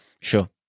Sure